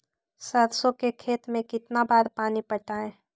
सरसों के खेत मे कितना बार पानी पटाये?